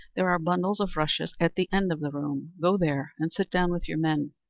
there are bundles of rushes at the end of the room, go there and sit down with your men